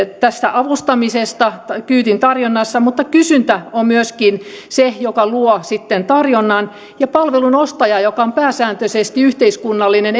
avustamisesta kyydin tarjonnassa mutta kysyntä on myöskin se joka luo sitten tarjonnan ja palvelun ostaja joka on pääsääntöisesti yhteiskunnallinen